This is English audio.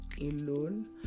alone